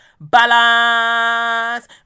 Balance